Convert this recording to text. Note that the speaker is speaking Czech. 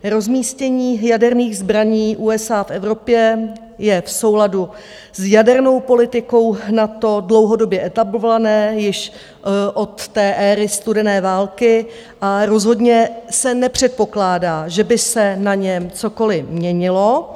Rozmístění jaderných zbraní USA v Evropě je v souladu s jadernou politikou NATO dlouhodobě etablované již od té éry studené války a rozhodně se nepředpokládá, že by se na něm cokoliv měnilo.